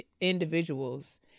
individuals